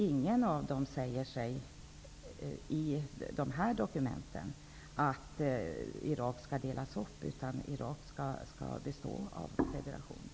Ingen av dem säger i dessa dokument att Irak skall delas, utan Irak skall bestå av federationen.